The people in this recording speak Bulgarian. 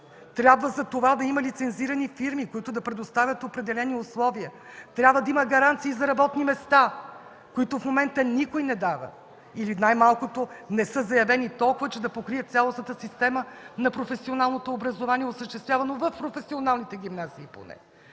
Трябва да има лицензирани фирми, които да предоставят определени условия; трябва да има гаранции за работни места, които в момента никой не дава, или най-малкото не са заявени толкова, че да покрият цялостната система на професионалното образование, осъществявано в професионалните гимназии поне.